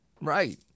right